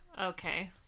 Okay